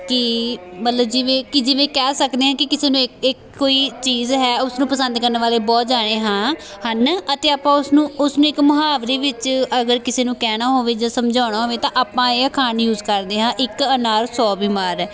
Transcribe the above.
ਕਿ ਮਤਲਬ ਜਿਵੇਂ ਕਿ ਜਿਵੇਂ ਕਹਿ ਸਕਦੇ ਹਾਂ ਕਿ ਕਿਸੇ ਨੂੰ ਇੱਕ ਕੋਈ ਚੀਜ਼ ਹੈ ਉਸਨੂੰ ਪਸੰਦ ਕਰਨ ਵਾਲੇ ਬਹੁਤ ਜਾਣੇ ਹਾਂ ਹਨ ਅਤੇ ਆਪਾਂ ਉਸਨੂੰ ਉਸ ਨੂੰ ਇੱਕ ਮੁਹਾਵਰੇ ਵਿੱਚ ਅਗਰ ਕਿਸੇ ਨੂੰ ਕਹਿਣਾ ਹੋਵੇ ਜਾਂ ਸਮਝਾਉਣਾ ਹੋਵੇ ਤਾਂ ਆਪਾਂ ਇਹ ਅਖਾਣ ਯੂਜ ਕਰਦੇ ਹਾਂ ਇੱਕ ਅਨਾਰ ਸੌ ਬਿਮਾਰ